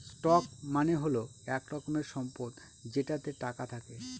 stock মানে হল এক রকমের সম্পদ যেটাতে টাকা থাকে